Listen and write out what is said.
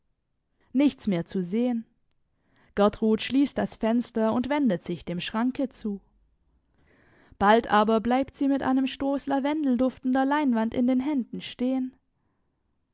nichts mehr zu sehen gertrud schließt das fenster und wendet sich dem schranke zu bald aber bleibt sie mit einem stoß lavendelduftender leinwand in den händen stehen